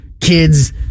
kids